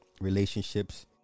relationships